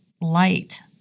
light